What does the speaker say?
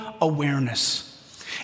awareness